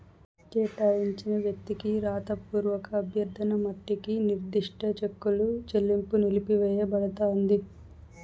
కేటాయించిన వ్యక్తికి రాతపూర్వక అభ్యర్థన మట్టికి నిర్దిష్ట చెక్కుల చెల్లింపు నిలిపివేయబడతాంది